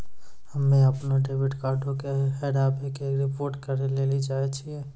हम्मे अपनो डेबिट कार्डो के हेराबै के रिपोर्ट करै लेली चाहै छियै